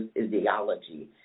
ideology